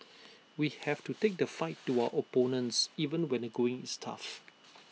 we have to take the fight to our opponents even when the going is tough